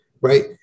right